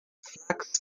flax